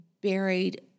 buried